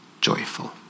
joyful